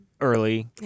early